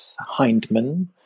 Hindman